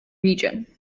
region